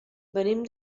venim